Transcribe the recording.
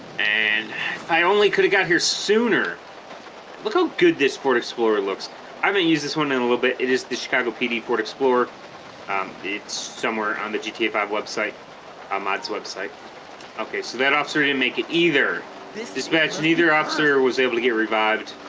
and i only could have got here sooner look how good this ford explorer looks i haven't used this one in a little bit it is the chicago pd ford explorer um it's somewhere on the gta five website ahmad's website okay so that officer didn't make it either dispatch neither officer was able to get revived